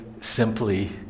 simply